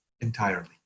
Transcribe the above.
entirely